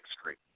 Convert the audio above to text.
Street